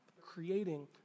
creating